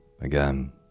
again